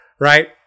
right